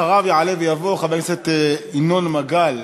אחריו, יעלה ויבוא חבר הכנסת ינון מגל.